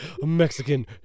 Mexican